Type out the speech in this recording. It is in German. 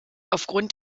aufgrund